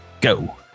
go